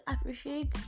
appreciate